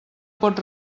pot